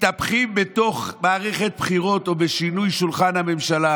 מתהפכים בתוך מערכת בחירות או בשינוי שולחן הממשלה: